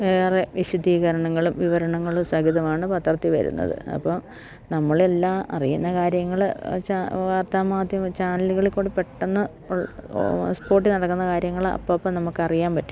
വേറെ വിശദീകരണങ്ങളും വിവരണങ്ങളും സഹിതമാണ് പത്രത്തിൽ വരുന്നത് അപ്പം നമ്മളെല്ലാം അറിയുന്ന കാര്യങ്ങൾ വാർത്താ മാധ്യമ ചാനലുകളിൽ കൂടി പെട്ടെന്ന് സ്പോട്ടിൽ നടക്കുന്ന കാര്യങ്ങൾ അപ്പപ്പം നമുക്കറിയാൻ പറ്റും